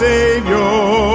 Savior